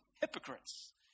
hypocrites